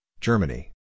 Germany